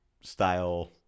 style